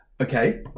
Okay